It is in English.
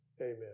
Amen